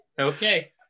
Okay